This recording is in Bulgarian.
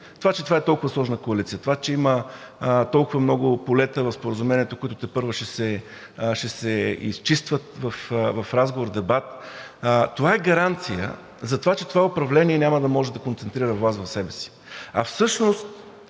това, че е толкова сложна коалиция, че има толкова много полета в споразумението, които тепърва ще се изчистват в разговор, в дебат, е гаранция, че това управление няма да може да концентрира власт в себе си. А всъщност